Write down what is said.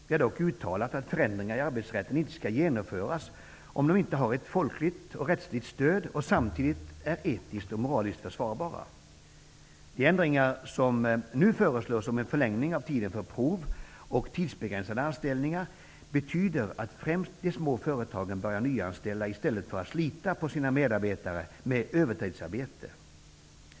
Vi har dock uttalat att förändringar i arbetsrätten inte skall genomföras om de inte har ett folkligt och rättsligt stöd. Samtidigt skall de vara etiskt och moraliskt försvarbara. De ändringar som nu föreslås om en förlängning av tiden för provanställningar och tidsbegränsade anställningar, kommer att innebära att främst de små företagen börjar att nyanställa personal i stället för att med övertidsarbete slita på sina medarbetare.